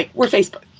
ah we're facebook.